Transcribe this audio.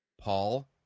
Paul